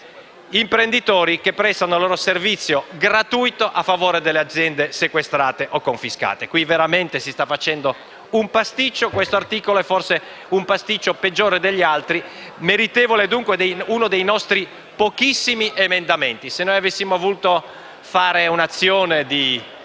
imprenditori che prestano il loro servizio gratuito a favore delle aziende sequestrate o confiscate. Si sta veramente facendo un pasticcio. Questo articolo è forse un pasticcio peggiore degli altri, meritevole dunque di uno dei nostri pochissimi emendamenti. Se avessimo voluto fare un'azione